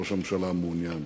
ראש הממשלה, מעוניין,